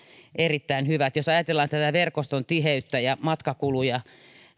erittäin hyvät jos ajatellaan tätä verkoston tiheyttä ja matkakuluja